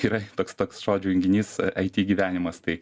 yra toks toks žodžių junginys it gyvenimas tai